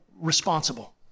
responsible